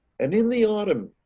and in the autumn.